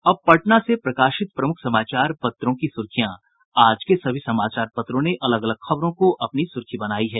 अब पटना से प्रकाशित प्रमुख समाचार पत्रों की सुर्खियां आज के सभी समाचार पत्रों ने अलग अलग खबरों को अपनी सुर्खी बनायी है